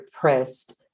pressed